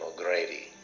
O'Grady